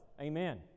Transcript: Amen